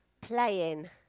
Playing